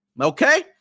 Okay